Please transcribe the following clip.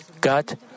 God